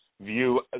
view